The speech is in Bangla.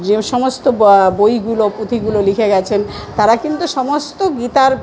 যে সমস্ত বইগুলো পুঁথিগুলো লিখে গিয়েছেন তারা কিন্তু সমস্ত গীতার